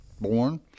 born